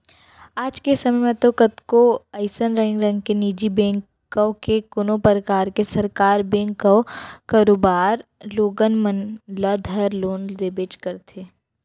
आज के समे म तो कतको अइसन रंग रंग के निजी बेंक कव के कोनों परकार के सरकार बेंक कव करोबर लोगन मन ल धर लोन देबेच करथे